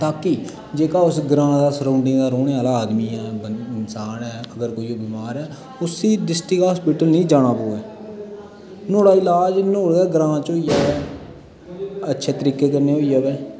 ताकि जेह्का उस ग्रां दा सराउंडिंग दा रौह्ंने आह्ला आदमी ऐ इंसन ऐ अगर कोई बामार ऐ उस्सी डिस्ट्रिक्ट हास्पिटल नी जाना पोए नोह्ड़ा इलाज नोह्डे गै ग्रां च होई आ अच्छे तरीके कन्नै होई आवे